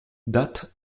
date